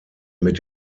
mit